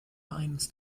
eines